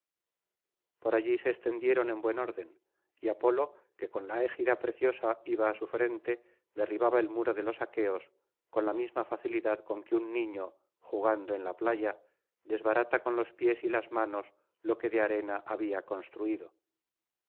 por allí se extendieron en buen orden y apolo que con la égida preciosa iba á su frente derribaba el muro de los aqueos con la misma facilidad con que un niño jugando en la playa desbarata con los pies y las manos lo que de arena había construido